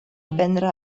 aprendre